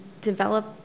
develop